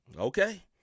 Okay